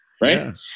Right